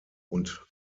und